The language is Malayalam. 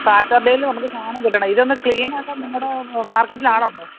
സാറ്റർഡേയിൽ നമുക്ക് സാധനം കിട്ടണം ഇതൊന്ന് ക്ളീനാക്കാൻ നിങ്ങളുടെ മാർക്കറ്റിൽ ആളുണ്ടോ